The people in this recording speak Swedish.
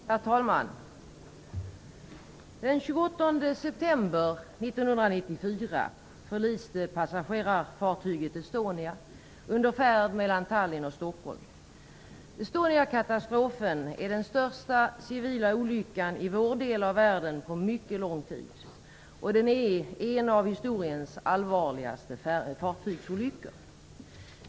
Herr talman! Den 28 september 1994 förliste passagerarfartyget Estonia under färd mellan Tallinn och Stockholm. Estoniakatastrofen är den största civila olyckan i vår del av världen på mycket lång tid, och den är en av historiens allvarligaste fartygsolyckor.